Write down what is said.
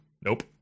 nope